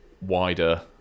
wider